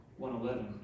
111